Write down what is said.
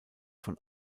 von